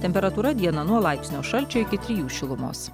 temperatūra dieną nuo laipsnio šalčio iki trijų šilumos